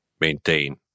maintain